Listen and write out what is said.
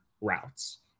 routes